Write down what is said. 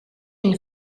une